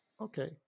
okay